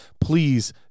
please